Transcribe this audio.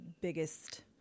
biggest